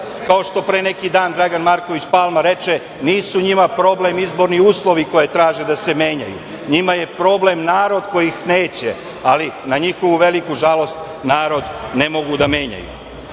što pre neki dan Dragan Marković Palma reče – nisu njima problem izborni uslovi koje traže da se menjaju. Njima je problem narod koji ih neće. Ali, na njihovu veliku žalost narod ne mogu da menjaju. Da